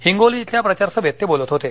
हिंगोली इथल्या प्रचार सभेत ते बोलत होते